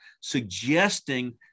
suggesting